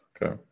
Okay